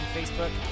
Facebook